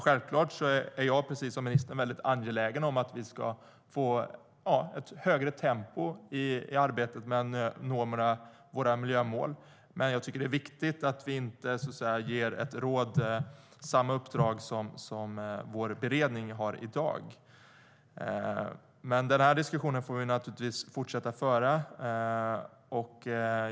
Självfallet är jag, precis som ministern, mycket angelägen om att vi ska få ett högre tempo i arbetet med att nå våra miljömål, men det är viktigt att vi inte ger ett nytt råd samma uppdrag som vår beredning har i dag. Den här diskussionen får vi givetvis fortsätta att föra.